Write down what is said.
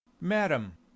Madam